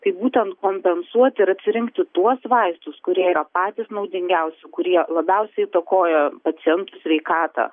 tai būtent kompensuoti ir atsirinkti tuos vaistus kurie yra patys naudingiausi kurie labiausiai įtakoja paciento sveikatą